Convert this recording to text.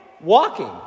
walking